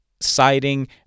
siding